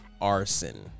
arson